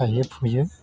गायो फुयो